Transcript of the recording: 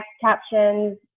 captions